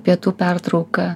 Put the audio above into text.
pietų pertrauką